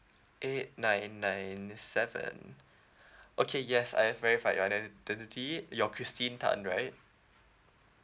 eight nine nine seven okay yes I've verified your iden~ identity you're christine tan right